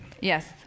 Yes